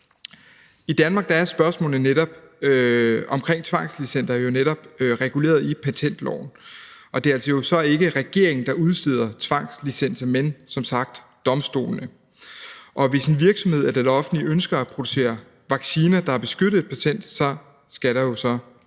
I Danmark er spørgsmålet omkring tvangslicenser jo netop reguleret i patentloven, og det er jo altså så ikke regeringen, der udsteder tvangslicenser, men som sagt domstolene, og hvis en virksomhed eller det offentlige ønsker at producere vacciner, der er beskyttet af et patent, så skal der jo så anlægges